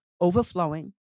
overflowing